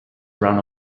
run